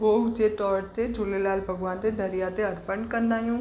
भोग जे तौर ते झूलेलाल भॻवान ते दरिया ते अर्पणु कंदा आहियूं